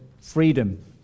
freedom